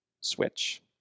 Switch